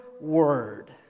word